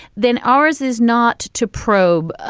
then ours is not to probe. ah